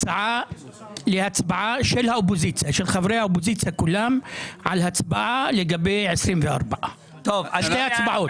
הצעה להצבעה של חברי האופוזיציה כולם על הצבעה לגבי 2024. שתי הצבעות.